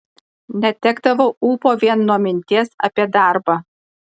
netekdavau ūpo vien nuo minties apie darbą